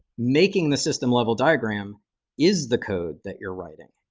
making the system level diagram is the code that you're writing.